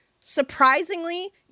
surprisingly